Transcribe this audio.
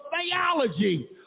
theology